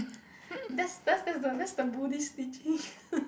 that's that's the the that's the Buddhist teaching